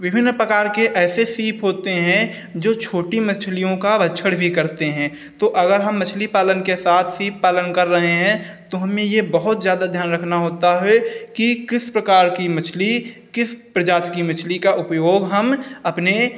विभिन्न प्रकार के ऐसे सीप होते हैं जो छोटी मछलियों का भक्षण भी करते हैं तो अगर हम मछली पालन के साथ सीप पालन कर रहे हैं तो हमें ये बहुत ज़्यादा ध्यान रखना होता है कि किस प्रकार की मछली किस प्रजाति की मछली का उपयोग हम अपने